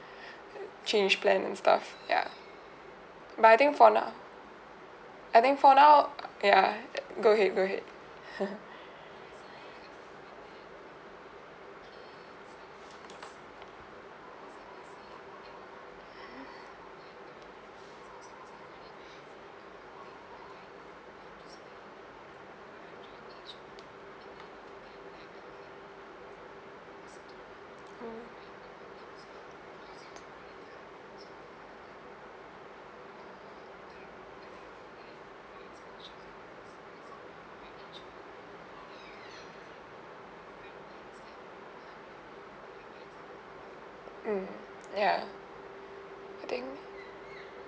change plan and stuff ya but I think for now I think for now ya go ahead go ahead hmm mm ya I think